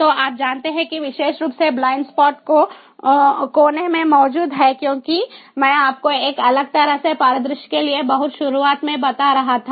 तो आप जानते हैं कि विशेष रूप से ब्लाइंड स्पॉट कोने में मौजूद हैं क्योंकि मैं आपको एक अलग तरह के परिदृश्य के लिए बहुत शुरुआत में बता रहा था